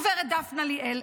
גב' דפנה ליאל,